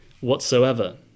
whatsoever